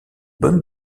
bonne